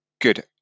good